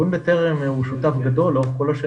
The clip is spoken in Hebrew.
לאורך כל השנים ארגון בטרם הוא שותף גדול איתנו,